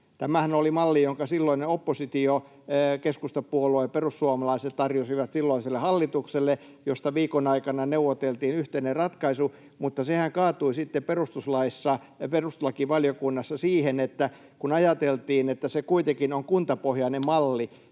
Tämähän oli malli, jonka silloinen oppositio — keskustapuolue, perussuomalaiset — tarjosi silloiselle hallitukselle, mistä viikon aikana neuvoteltiin yhteinen ratkaisu, mutta sehän kaatui sitten perustuslakivaliokunnassa siihen, kun ajateltiin, että se kuitenkin on kuntapohjainen malli,